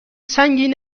سنگین